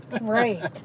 Right